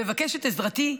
הוא מבקש את עזרתי,